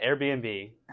Airbnb